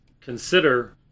consider